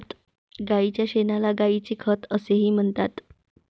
गायीच्या शेणाला गायीचे खत असेही म्हणतात